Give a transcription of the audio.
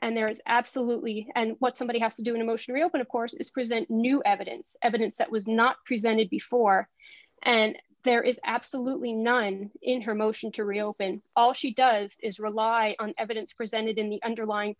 and there is absolutely and what somebody has to do emotionally open of course is present new evidence evidence that was not presented before and there is absolutely none in her motion to reopen all she does is rely on evidence presented in the underlying